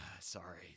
Sorry